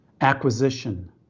Acquisition